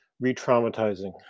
re-traumatizing